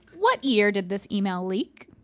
what year did this email leak?